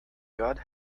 god